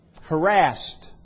harassed